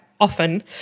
often